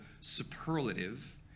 superlative